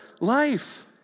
life